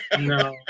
No